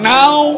now